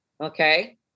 Okay